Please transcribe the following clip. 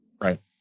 Right